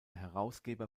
herausgeber